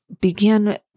begin